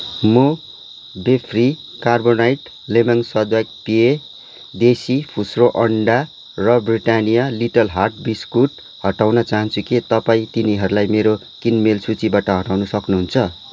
म बिफ्री carbonated lemon स्वादयुक्त पेय देसी फुस्रो अन्डा र ब्रिटानिया लिटिल हार्ट्स बिस्कुट हटाउन चाहन्छु के तपाईं तिनीहरूलाई मेरो किनमेल सूचीबाट हटाउन सक्नुहुन्छ